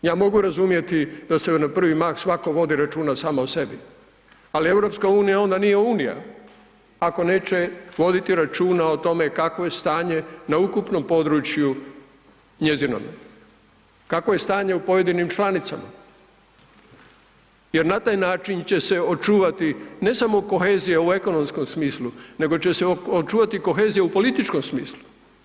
Ja mogu razumjeti da se na prvi mah svako vodi računa samo o sebi, ali EU onda nije unija ako neće voditi računa o tome kakvo je stanje na ukupnom području njezinome, kakvo je stanje u pojedinim članicama jer na taj način će se očuvati ne samo kohezija u ekonomskom smislu nego će se očuvati kohezija u političkom smislu.